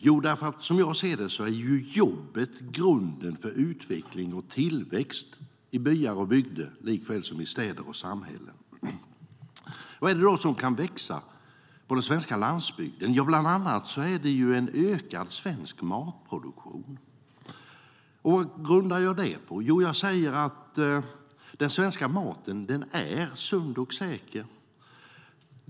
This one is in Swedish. Jo, därför att jobbet är grunden för utveckling och tillväxt i byar och bygder likväl som i städer och samhällen. Vad är det då som kan växa på den svenska landsbygden? Bland annat är det en ökad svensk matproduktion. Vad grundar jag det på? Den svenska maten är sund och säker.